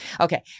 Okay